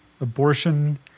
abortion